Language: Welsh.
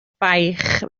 baich